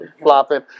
flopping